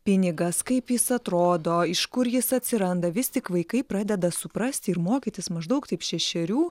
pinigas kaip jis atrodo iš kur jis atsiranda vis tik vaikai pradeda suprasti ir mokytis maždaug taip šešerių